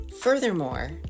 Furthermore